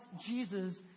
jesus